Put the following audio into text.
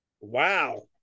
wow